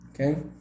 okay